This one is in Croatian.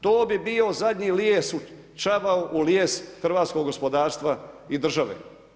To bi bio zadnji čavao u lijes hrvatskog gospodarstva i države.